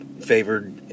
favored